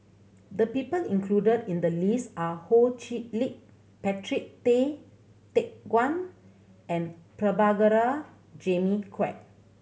the people included in the list are Ho Chee Lick Patrick Tay Teck Guan and Prabhakara Jimmy Quek